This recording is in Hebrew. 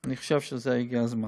אני חושב שהגיע הזמן.